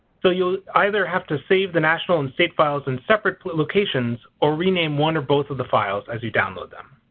so you'll either have to save the national and state files in separate locations or rename one or both of the files as you download them.